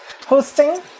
hosting